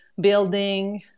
building